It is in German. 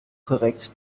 korrekt